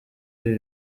ibi